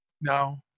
No